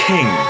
King